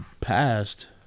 passed